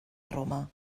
roma